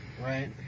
right